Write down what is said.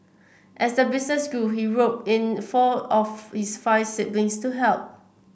as the business grew he roped in four of his five siblings to help